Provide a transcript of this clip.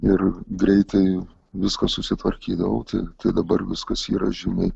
ir greitai viską susitvarkydavau tai tai dabar viskas yra žymiai